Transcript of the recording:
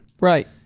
Right